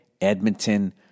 Edmonton